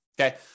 Okay